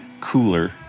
cooler